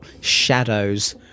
shadows